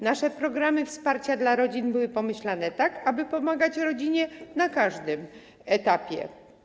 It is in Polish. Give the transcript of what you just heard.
Nasze programy wsparcia dla rodzin były pomyślane tak, aby pomagać rodzinie na każdym etapie.